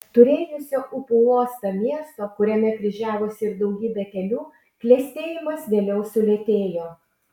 turėjusio upių uostą miesto kuriame kryžiavosi ir daugybė kelių klestėjimas vėliau sulėtėjo